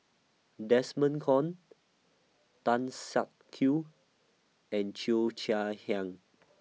Desmond Kon Tan Siak Kew and Cheo Chai Hiang